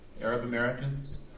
Arab-Americans